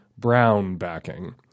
brownbacking